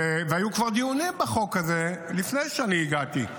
היו כבר דיונים בחוק הזה לפני שאני הגעתי.